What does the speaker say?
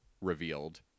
revealed